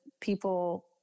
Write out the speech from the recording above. people